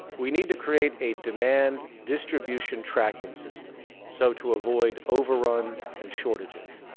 we need to create a demand distribution tracking system so to avoid overruns and shortages.